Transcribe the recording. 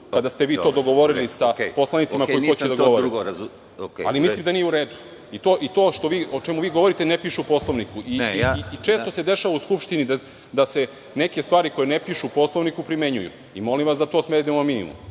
kada ste vi to dogovorili sa poslanicima koji hoće da govore, ali mislim da nije u redu. To o čemu vi govorite ne piše u Poslovniku. Često se dešava u Skupštini da se neke stvari koje ne pišu u Poslovniku primenjuju. Molim vas da to svedemo na minimum.